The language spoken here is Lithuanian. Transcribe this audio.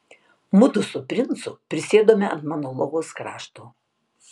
mudu su princu prisėdome ant mano lovos krašto